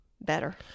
better